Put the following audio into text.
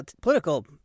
political